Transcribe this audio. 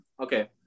Okay